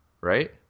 right